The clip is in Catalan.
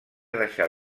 deixar